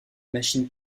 machines